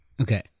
Okay